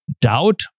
doubt